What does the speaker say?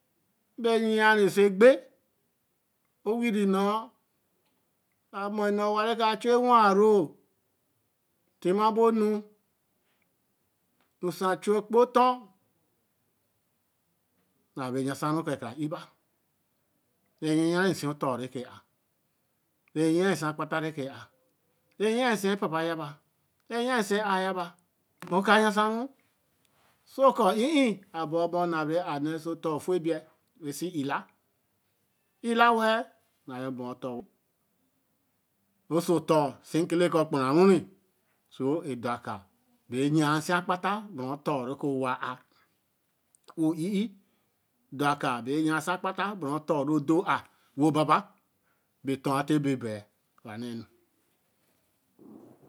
e be yi yen so ekbe o wire nn̄o. na mur ene owa re ka chu e waā rōo tima bo nu bo sa chu e-kpe o ton na bere yen sa ro ko e-ka ra nī ba. re yen yen sī o-ton re kaā. re yen si e papa ye ba re yen re si eaā ya ba. o ka yen sa ro oko ēē. o bere ye be na bere a naā oso oton o fu ebei sī e la e la we-l na gura oton. wen so ton se kele ka kpun re ru. so edor a kaā be yen sī a kba ta ba re o ton re ke owa a. wo eī-ei. dor a kaā be yen sī akba ta be re oton re odo a wo baba be tor wa te bo ebel ni. wa na en